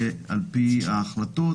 שעל פי ההחלטות,